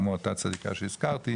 כמו אותה צדיקה שהזכרתי,